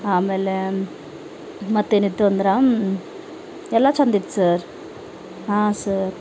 ಆಮೇಲೆ ಮತ್ತೇನಿತ್ತು ಅಂದಿರಾ ಎಲ್ಲ ಚಂದ ಇತ್ತು ಸರ್ ಹಾಂ ಸರ್